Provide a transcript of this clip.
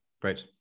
great